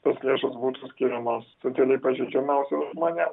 tos lėšos būtų skiriamos socialiai pažeidžiamiausiem žmonėm